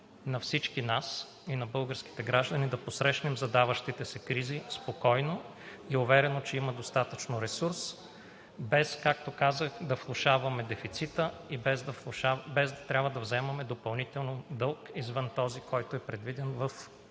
на всички нас и на българските граждани да посрещнем задаващите се кризи спокойно и уверено, че има достатъчно ресурс без, както казах, да влошаваме дефицита и без да трябва да взимаме допълнително дълг извън този, който е предвиден в